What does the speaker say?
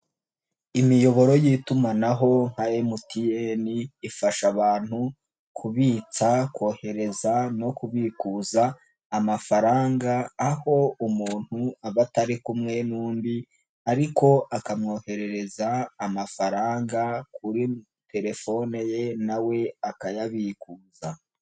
Imiyoboro y'itumanaho nka MTN ifasha abantu kubitsa, kohereza no kubikuza amafaranga, aho umuntu aba atari kumwe n'undi ariko akamwoherereza amafaranga kuri telefone ye na we akayabikuza.